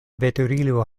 veturilo